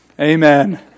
Amen